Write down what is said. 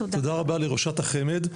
תודה רבה לראשת החמ"ד,